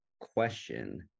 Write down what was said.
question